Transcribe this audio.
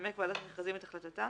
תנמק ועדת המכרזים את החלטתה